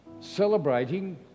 celebrating